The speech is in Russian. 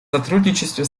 сотрудничестве